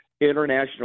international